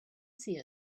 see